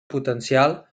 potencial